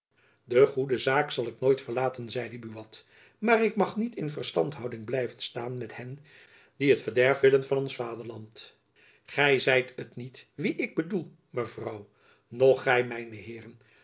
de goede zaak zal ik nooit verlaten zeide buat maar ik mag niet in verstandhouding blijven staan met hen die het verderf willen van ons vaderland gy zijt het niet wie ik bedoel mevrouw noch gy mijne heeren